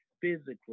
physically